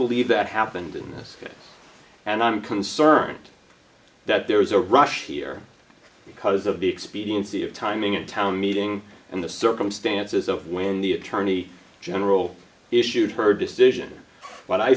believe that happened in this case and i'm concerned that there was a rush here because of the expediency of timing a town meeting and the circumstances of when the attorney general issued her decision